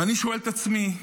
ואני שואל את עצמי: